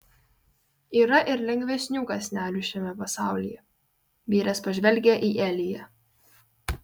yra ir lengvesnių kąsnelių šiame pasaulyje vyras pažvelgia į eliją